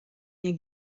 nie